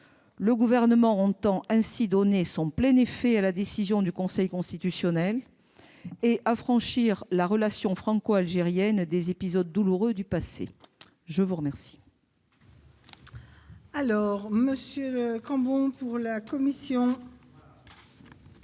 Le Gouvernement entend ainsi donner son plein effet à la décision du Conseil constitutionnel et affranchir la relation franco-algérienne des épisodes douloureux du passé. Quel est l'avis de la commission